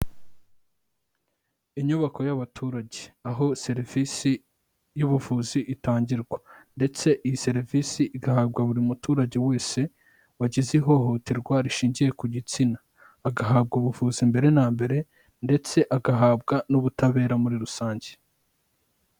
Inyubako y'abaturage aho serivisi y'ubuvuzi itangirwa ndetse iyi serivisi igahabwa buri muturage wese wagize ihohoterwa rishingiye ku gitsina, agahabwa ubuvuzi mbere na mbere ndetse agahabwa n'ubutabera muri rusange.